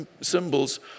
symbols